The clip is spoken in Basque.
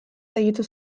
segitu